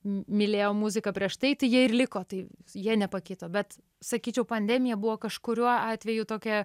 mylėjo muziką prieš tai tai jie ir liko tai jie nepakito bet sakyčiau pandemija buvo kažkuriuo atveju tokia